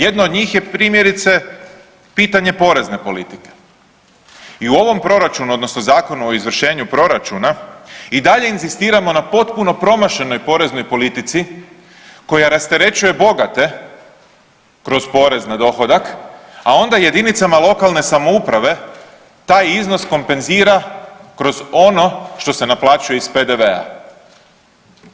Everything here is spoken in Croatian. Jedno od njih je, primjerice, pitanje porezne politike i u ovom Proračunu, odnosno Zakonu o izvršenju proračuna i dalje inzistiramo na potpuno promašenoj poreznoj politici koja rasterećuje bogate kroz porez na dohodak, a onda i jedinicama lokalne samouprave taj iznos kompenzira kroz ono što se naplaćuje iz PDV-a.